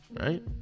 Right